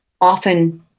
often